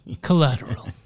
collateral